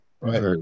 Right